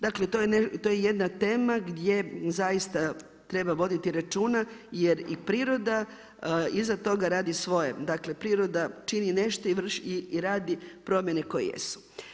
Dakle, to je jedna tema gdje zaista treba voditi računa, jer i priroda, iza toga radi svoje, dakle, priroda čini nešto i radi promjene koje jesu.